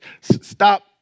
stop